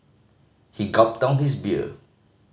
he gulped down his beer